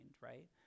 right